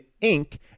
ink